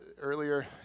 earlier